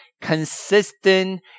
consistent